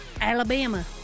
Alabama